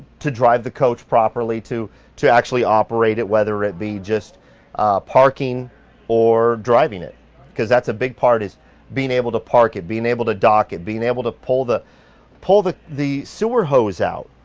to drive the coach properly, to to actually operate it whether it be just parking or driving it cause that's a big part is being able to park it, being able to dock it, being able to pull the pull the sewer hose out,